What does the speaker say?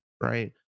right